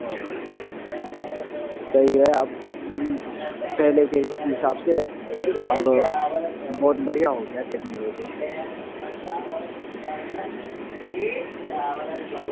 اور صحیح ہے اب پہلے کے حساب سے اب بہت بڑھیا ہو گیا ٹیکنالوجی